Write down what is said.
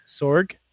Sorg